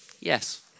Yes